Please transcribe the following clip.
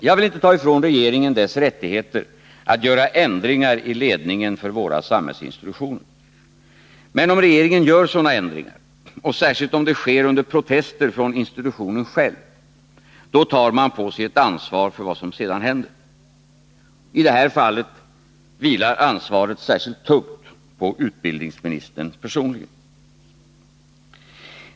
Jag vill inte ta ifrån regeringen dess rättigheter att göra ändringar i ledningen för våra samhällsinstitutioner. Men om regeringen gör sådana ändringar, och särskilt om det sker under protester från institutionen själv, då tar man på sig ett ansvar för vad som sedan händer. I det här fallet vilar ansvaret särskilt tungt på utbildningsministern personligen.